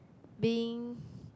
being